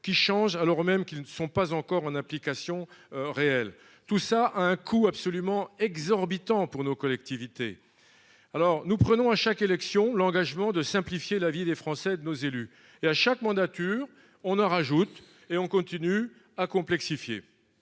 qui change alors même qu'ils ne sont pas encore en application réelle. Tout ça a un coût absolument exorbitant pour nos collectivités. Alors nous prenons à chaque élection, l'engagement de simplifier la vie des Français de nos élus et à chaque mandature on en rajoute et on continue à complexifier